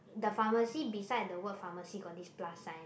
the pharmacy beside the word pharmacy got this Plus sign